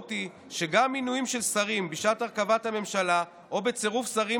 המשמעות היא שגם מינויים של שרים בשעת הרכבת הממשלה או בצירוף שרים